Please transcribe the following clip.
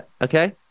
okay